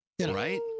Right